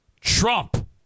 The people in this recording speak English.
Trump